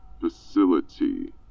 facility